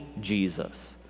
Jesus